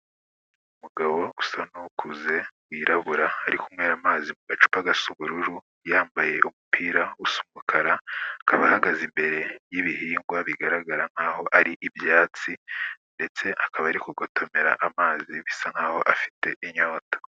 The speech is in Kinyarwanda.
Umugabo usa n'ukuze wirabura ari kunywera amazi mu gacupa gasa ubururu, yambaye umupira usa umukara, akaba ahagaze imbere y'ibihingwa bigaragara nkaho ari ibyatsi ndetse akaba ari kugotomera amazi bisa nkaho afite inyota.